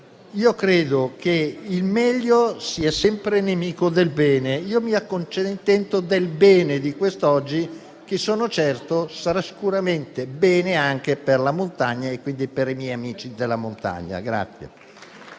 conclusione, che il meglio sia sempre nemico del bene; io mi accontento del bene di quest'oggi, che sono certo sarà sicuramente bene anche per la montagna e, quindi, per i miei amici della montagna.